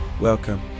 Welcome